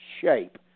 shape